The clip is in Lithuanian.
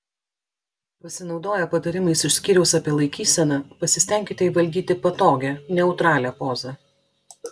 pasinaudoję patarimais iš skyriaus apie laikyseną pasistenkite įvaldyti patogią neutralią pozą